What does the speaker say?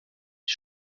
die